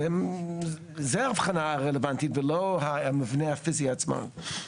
זו ההבחנה הרלוונטית ולא המבנה הפיזי עצמו.